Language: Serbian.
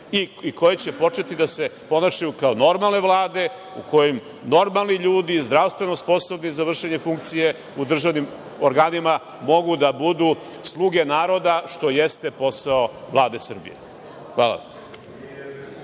i koje će početi da se ponašaju kao normalne vlade u kojima normalni ljudi zdravstveno sposobni za vršenje funkcije u državnim organima mogu da budu sluge naroda, što jeste posao Vlade Srbije. Hvala.